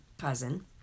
cousin